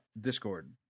discord